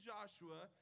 Joshua